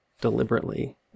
deliberately